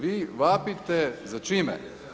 Vi vapite za čime?